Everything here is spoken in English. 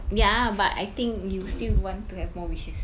ya but I think you still want to have more wishes